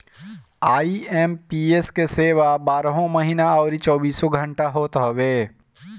IMPS के सेवा बारहों महिना अउरी चौबीसों घंटा होत हवे